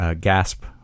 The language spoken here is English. gasp